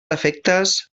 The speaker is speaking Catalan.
efectes